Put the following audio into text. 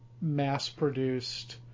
mass-produced